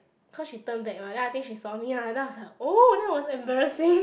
cause she turn back mah then I think she saw me lah then I was like oh that was embarrassing